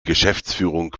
geschäftsführung